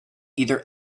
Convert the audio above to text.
either